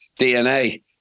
DNA